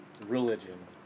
Religion